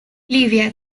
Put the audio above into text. libia